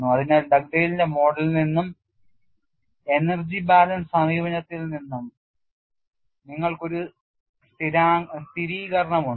അതിനാൽ ഡഗ്ഡെയ്ലിന്റെ മോഡലിൽ നിന്നും എനർജി ബാലൻസ് സമീപനത്തിൽ നിന്നും നിങ്ങൾക്ക് ഒരു സ്ഥിരീകരണം ഉണ്ട്